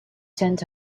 sent